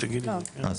כרגע